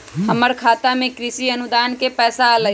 हमर खाता में कृषि अनुदान के पैसा अलई?